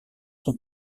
son